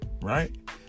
Right